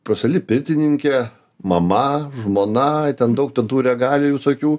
profesionali pirtininkė mama žmona ten daug ten tų regalijų visokių